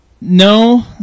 No